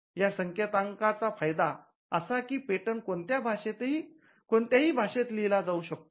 या संकेतांक चा फायदा असा आहे की पेटंट कोणत्याही भाषेत लिहिला जाऊ शकतो